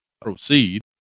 proceed